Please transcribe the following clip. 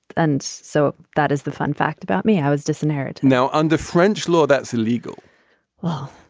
and so that is the fun fact about me. i was disinherited now, under french law, that's illegal well,